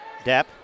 Depp